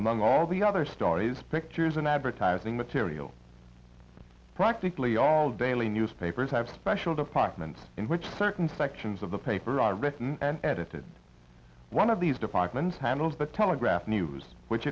among all the other stories pictures and advertising material practically all daily newspapers have special departments in which certain sections of the paper are written and edited one of these departments handles the telegraph news which